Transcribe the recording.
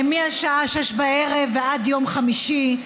מהשעה 18:00 ועד יום חמישי,